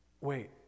wait